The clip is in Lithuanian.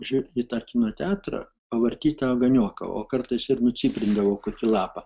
žiūrėt į tą kino teatrą pavartyt tą ogonioką o kartais ir nucyprindavau kokį lapą